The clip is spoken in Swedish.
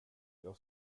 jag